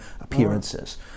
appearances